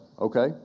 okay